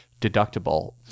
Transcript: deductible